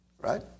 Right